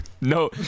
No